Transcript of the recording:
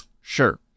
Sure